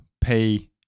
pay